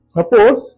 Suppose